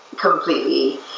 completely